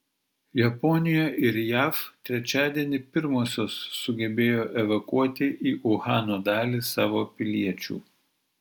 japonija ir jav trečiadienį pirmosios sugebėjo evakuoti į uhano dalį savo piliečių